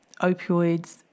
opioids